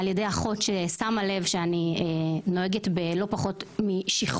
על-ידי אחות ששמה לב שאני נוהגת בלא פחות משכרות